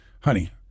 Honey